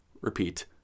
Repeat